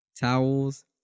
towels